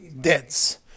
Deaths